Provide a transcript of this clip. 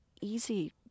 easy